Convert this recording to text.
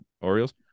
Orioles